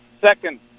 second